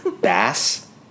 Bass